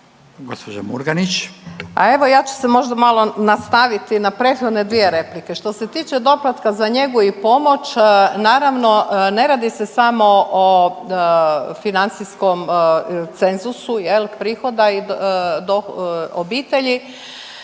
Nada (HDZ)** A evo ja ću se možda malo nastaviti na prethodne dvije replike, što se tiče doplatka za njegu i pomoć, naravno ne radi se samo o financijskom cenzusu prihoda i obitelji